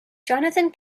jonathan